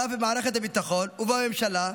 ואף במערכת הביטחון ובממשלה,